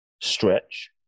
stretch